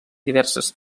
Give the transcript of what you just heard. diverses